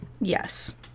Yes